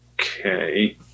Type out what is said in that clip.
Okay